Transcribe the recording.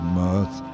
mirth